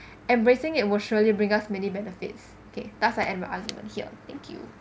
embracing it will surely bring us many benefits okay thus I end my argument here thank you